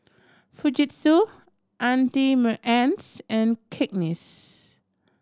Fujitsu Auntie Anne's and Cakenis